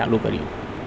ચાલુ કર્યું